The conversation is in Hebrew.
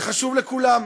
זה חשוב לכולם.